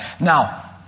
Now